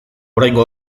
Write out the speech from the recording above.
oraingo